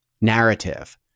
narrative